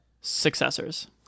successors